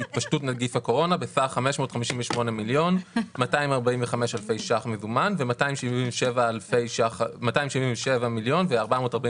התפשטות נגיף הקורונה בסך 558 מיליון 245 אלפי ₪ מזומן ו-277 מיליון 448